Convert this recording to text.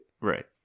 Right